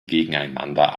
gegeneinander